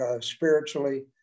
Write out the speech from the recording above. spiritually